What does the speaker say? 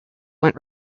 went